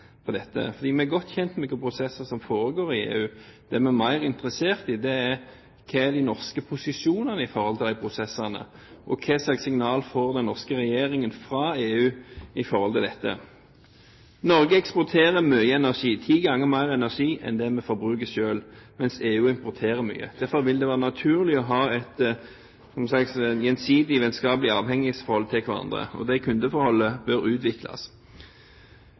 på dette, for vi er godt kjent med hvilke prosesser som foregår i EU. Det vi er mer interessert i, er hva de norske posisjonene er når det gjelder disse prosessene og hva slags signal den norske regjeringen får fra EU når det gjelder dette. Norge eksporterer mye energi, ti ganger mer energi enn vi forbruker selv, mens EU importerer mye. Derfor vil det være naturlig å ha et slags gjensidig, vennskapelig avhengighetsforhold til hverandre. Det kundeforholdet bør utvikles.